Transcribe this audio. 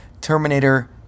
Terminator